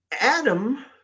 adam